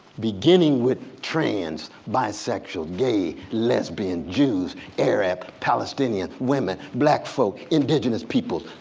beginning with trans, bisexuals, gay, lesbian, jews, arab, palestinian, women, black folk, indigenous peoples,